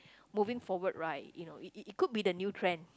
moving forward right you know it it it could be the new trend